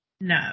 No